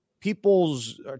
people's